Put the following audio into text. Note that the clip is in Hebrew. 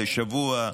לשבוע,